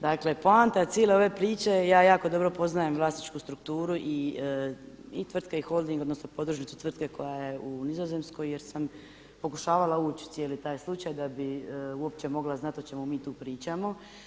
Dakle poanta cijele ove priče je, ja jako dobro poznajem vlasničku strukturu i tvrtke i holding, odnosno podružnicu tvrtke koja je u Nizozemskoj jer sam pokušavala ući u cijeli taj slučaj da bih uopće mogla znati o čemu mi tu pričamo.